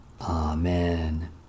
Amen